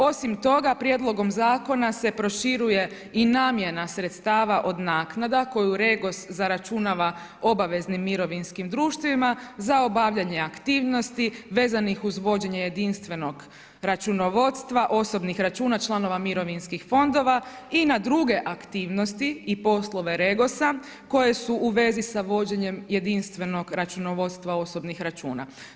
Osim toga prijedlogom zakona se proširuje i namjena sredstava od naknada koju REGOS zaračunava obaveznim mirovinskim društvima za obavljanje aktivnosti vezanih uz vođenje jedinstvenog računovodstva osobnih članova mirovinskih fondova i na druge aktivnosti i poslove REGOS-a koji su u vezi sa vođenjem jedinstvenog računovodstva osobnih računa.